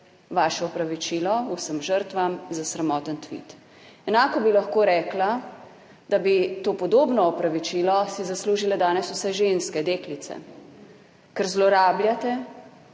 vaše opravičilo vsem žrtvam za sramoten tvit. Enako bi lahko rekla, da bi to podobno opravičilo si zaslužila danes vse ženske, deklice, ker zlorabljate